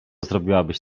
zrobiłabyś